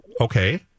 Okay